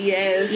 Yes